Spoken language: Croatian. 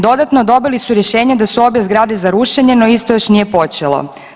Dodatno dobili su rješenje da su obje zgrade za rušenje, no isto još nije počelo.